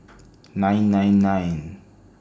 nine nine nine